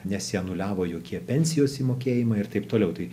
nesianuliavo jokie pensijos įmokėjimai ir taip toliau tai